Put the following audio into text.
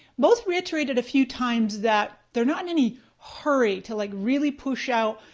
both reiterated a few times that they're not in any hurry to like really push out,